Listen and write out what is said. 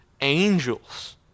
angels